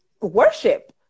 worship